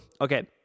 okay